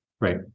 Right